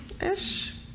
Ish